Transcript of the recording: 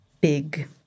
big